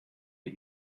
der